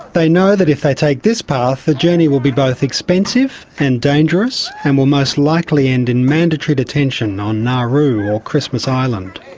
they know that if they take this path the journey will be both expensive and dangerous and will most likely end in a mandatory detention on nauru or christmas island.